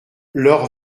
leur